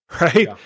right